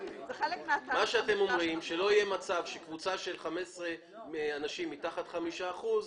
אתם אומרים שלא יהיה מצב שקבוצה של 15 אנשים מתחת לחמישה אחוזים,